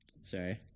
sorry